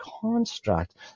construct